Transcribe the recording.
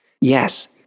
Yes